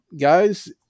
guys